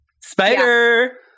Spider